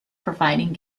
providing